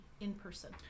in-person